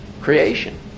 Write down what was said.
creation